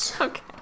Okay